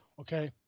okay